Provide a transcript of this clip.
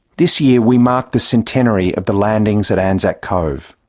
this year we mark the centenary of the landings at anzac cove.